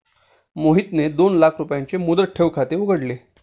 मोहितने दोन लाख रुपयांचे मुदत ठेव खाते उघडले